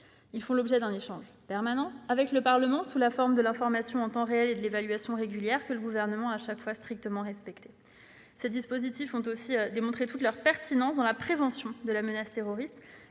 Ils font l'objet d'un échange permanent avec le Parlement, sous la forme d'une information en temps réel et d'une évaluation régulière, que le Gouvernement a strictement respectées. Ces dispositifs ont démontré toute leur pertinence dans la prévention de la menace terroriste.